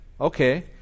Okay